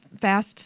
fast